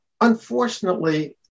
Unfortunately